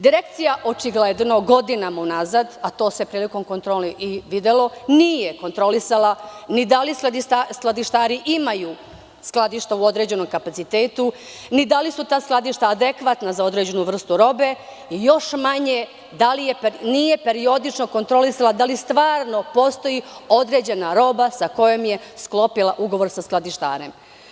Direkcija, očigledno godinama unazad, a to se prilikom kontrole i videlo, nije kontrolisala ni da li skladištari imaju skladišta u određenom kapacitetu, ni da li su ta skladišta adekvatna za određenu vrstu robe i još manje nije se periodično kontrolisalo da li stvarno postoji određena roba sa kojom je sklopila ugovor sa skladištarem.